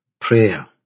Prayer